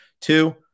Two